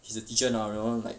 he is a teacher now don't know like